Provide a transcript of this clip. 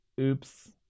Oops